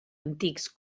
antics